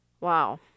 Wow